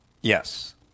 Yes